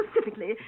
specifically